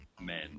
men